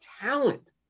talent